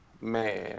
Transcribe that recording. man